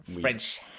French